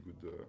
good